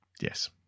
yes